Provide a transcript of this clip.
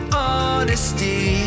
honesty